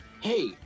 Hey